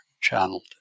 channeled